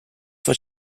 for